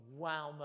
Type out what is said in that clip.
wow